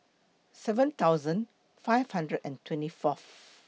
seven thousand five hundred and twenty Fourth